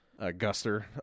guster